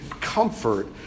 comfort